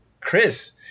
Chris